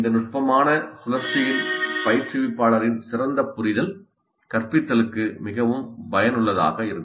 இந்த நுட்பமான சுழற்சியின் பயிற்றுவிப்பாளரின் சிறந்த புரிதல் கற்பித்தலுக்கு மிகவும் பயனுள்ளதாக இருக்கும்